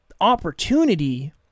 opportunity